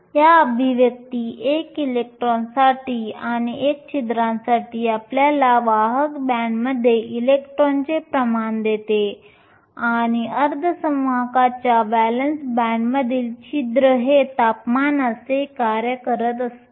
या अभिव्यक्ती एक इलेक्ट्रॉनसाठी आणि एक छिद्रांसाठी आपल्याला वाहक बँडमध्ये इलेक्ट्रॉनचे प्रमाण देते आणि अर्धसंवाहकाच्या व्हॅलन्स बँडमधील छिद्र हे तापमानाचे कार्य करत असते